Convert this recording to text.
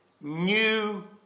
new